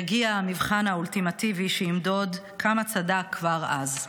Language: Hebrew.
יגיע המבחן האולטימטיבי שיבדוק כמה צדק כבר אז.